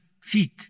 feet